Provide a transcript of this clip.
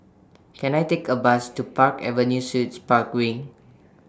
Can I Take A Bus to Park Avenue Suites Park Wing